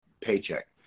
paycheck